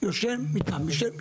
יש לי את